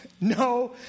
No